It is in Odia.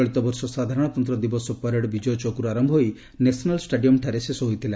ଚଳିତବର୍ଷ ସାଧାରଣତନ୍ତ୍ର ଦିବସ ପ୍ୟାରେଡ୍ ବିଜୟ ଚୌକ୍ରୁ ଆରମ୍ଭ ହୋଇ ନ୍ୟାସନାଲ୍ ଷ୍ଟାଡିୟମ୍ଠାରେ ଶେଷ ହୋଇଥିଲା